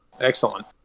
Excellent